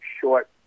short